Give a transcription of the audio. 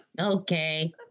Okay